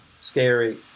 scary